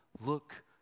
Look